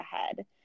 ahead